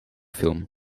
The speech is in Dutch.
film